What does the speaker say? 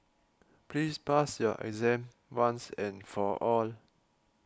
please pass your exam once and for all